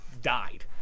died